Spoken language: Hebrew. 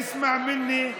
אסמע ממני,